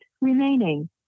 remaining